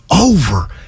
over